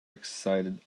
excited